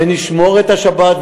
נשמור את השבת,